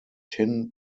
tin